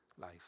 life